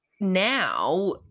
now